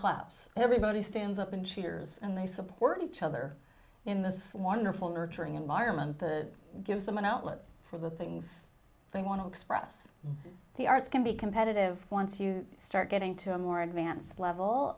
and everybody stands up and cheaters and they support each other in this wonderful nurturing environment the gives them an outlet for the things they want to express the arts can be competitive once you start getting to a more advanced level